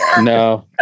No